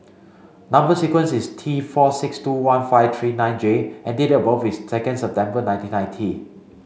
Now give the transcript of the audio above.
number sequence is T four six two one five three nine J and date of birth is second September nineteen ninety